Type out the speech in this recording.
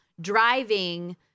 driving